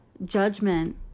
Judgment